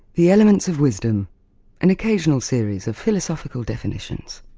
the elements of wisdom an occasional series of philosophical definitions.